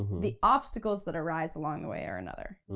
the obstacles that arise along the way, are another.